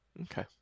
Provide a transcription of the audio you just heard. okay